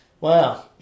Wow